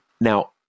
Now